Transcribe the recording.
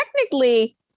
technically